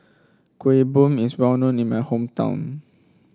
Kuih Bom is well known in my hometown